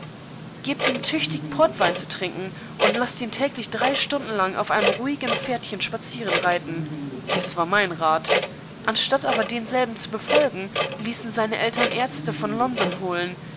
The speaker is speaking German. gebt ihm tüchtig portwein zu trinken und laßt ihn täglich drei stunden lang auf einem ruhigen pferdchen spazierenreiten dies war mein rat anstatt aber denselben zu befolgen ließen seine eltern ärzte von london holen